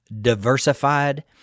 diversified